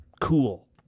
cool